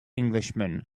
englishman